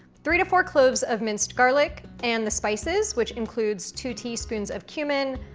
three to four cloves of minced garlic and the spices, which includes two teaspoons of cumin,